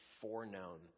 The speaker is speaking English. foreknown